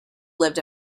lived